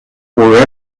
were